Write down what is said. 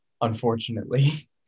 unfortunately